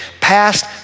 past